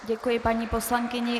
Děkuji paní poslankyni.